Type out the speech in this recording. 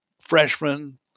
freshman